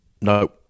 no